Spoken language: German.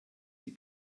die